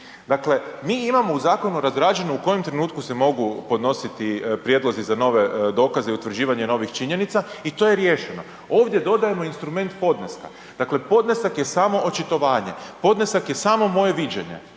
Dakle mi imamo u zakonu razrađeno u kojem trenutku se mogu podnositi prijedlozi za nove dokaze i utvrđivanje novih činjenica i to je riješeno. Ovdje dodajemo instrument podneska. Dakle podnesak je samo očitovanje, podnesak je samo moje viđenje